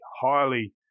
highly